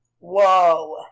Whoa